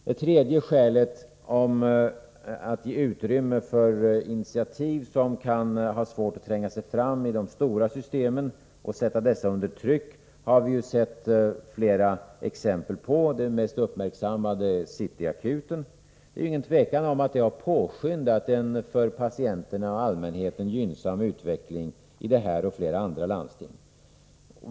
Det tredje skälet gällde att ge utrymme för initiativ som kan ha svårt att tränga fram i de stora systemen och sätta tryck på dessa. Vi har sett flera exempel på detta; det mest uppmärksammade är CityAkuten. Det är inget tvivel om att detta initiativ har påskyndat en för patienterna och allmänheten gynnsam utveckling i detta och flera andra landsting.